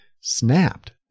snapped